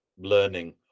learning